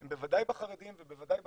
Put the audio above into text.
הם בוודאי בחרדים ובוודאי בחילונים.